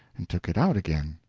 and took it out again.